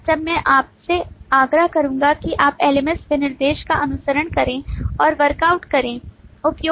मतलब जब मैं आपसे आग्रह करूंगा कि आप LMS विनिर्देश का अनुसरण करें और वर्कआउट करें